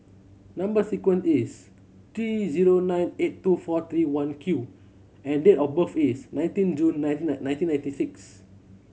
number sequence is T zero nine eight two four three one Q and date of birth is nineteen June nineteen ninety six